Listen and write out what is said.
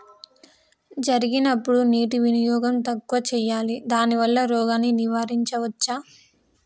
జరిగినప్పుడు నీటి వినియోగం తక్కువ చేయాలి దానివల్ల రోగాన్ని నివారించవచ్చా?